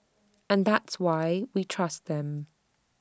and that's why we trust them